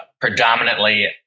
predominantly